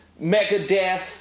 Megadeth